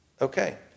Okay